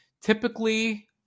Typically